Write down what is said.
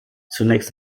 zunächst